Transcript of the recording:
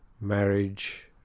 marriage